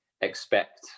expect